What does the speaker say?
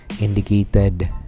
indicated